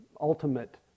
ultimate